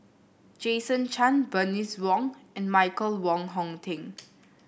Jason Chan Bernice Wong and Michael Wong Hong Teng